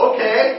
Okay